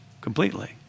completely